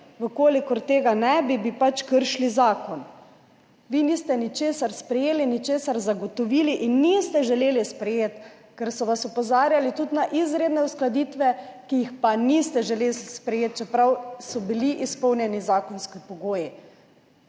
določilo. Če tega ne bi, bi pač kršili zakon. Vi niste ničesar sprejeli, ničesar zagotovili in niste želeli sprejeti, ker so vas opozarjali tudi na izredne uskladitve, ki jih pa niste želeli sprejeti, čeprav so bili izpolnjeni zakonski pogoji.